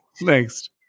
Next